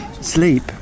sleep